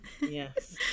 yes